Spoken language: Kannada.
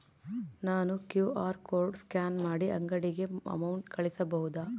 ನಾನು ಕ್ಯೂ.ಆರ್ ಕೋಡ್ ಸ್ಕ್ಯಾನ್ ಮಾಡಿ ಅಂಗಡಿಗೆ ಅಮೌಂಟ್ ಕಳಿಸಬಹುದಾ?